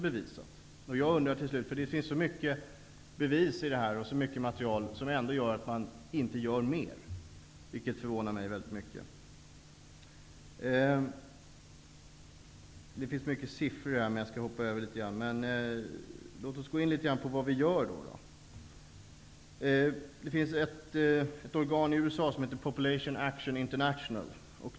Det är också bevisat. Det finns så många bevis och så mycket material om detta. Jag undrar varför man inte gör mer. Det förvånar mig väldigt mycket. Låt oss gå in litet grand på vad vi gör. Det finns ett organ i USA som heter Population action international.